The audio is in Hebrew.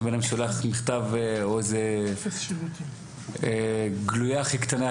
לפעמים אני שולח מכתב או איזה גלויה הכי קטנה,